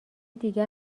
دیگر